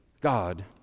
God